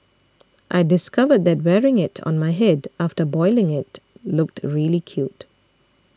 I discovered that wearing it on my head after boiling it looked really cute